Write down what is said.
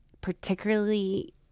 particularly